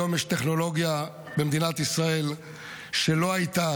היום יש טכנולוגיה במדינת ישראל שלא הייתה.